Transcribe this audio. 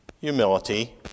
humility